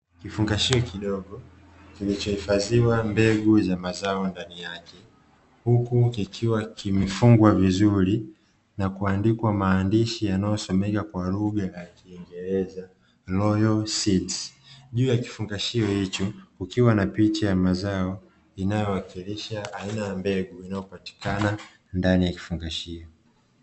Kifungashio kidogo kilicho hifadhiwa mbegu za mazao ndani yake, huku kikiwa kimefungwa vizuri na kuandikwa maandishi yanayosomeka kwa lugha ya kiingereza "Royal seeds". Juu ya kifungashio hicho kukiwa na picha ya mazao inayowakilisha aina ya mbegu inayopatikana ndani ya kifungashio.